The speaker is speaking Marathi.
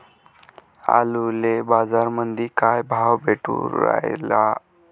आलूले बाजारामंदी काय भाव भेटून रायला?